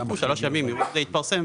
יחכו שלושה ימים וזה יתפרסם.